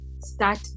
start